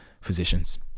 physicians